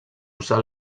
usar